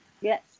Yes